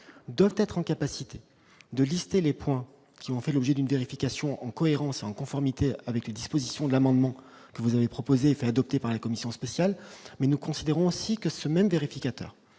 devait être en capacité de lister les points qui ont fait l'objet d'une vérification en cohérence et en conformité avec les dispositions de l'amendement que vous avez proposé fait dopé par la commission spéciale mais nous considérons aussi que ce même vérificateur